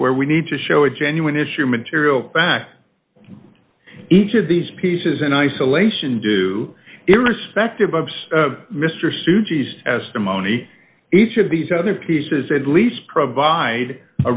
where we need to show a genuine issue material fact each of these pieces in isolation do irrespective of mr susie's as the mony each of these other pieces at least provide a